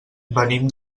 venim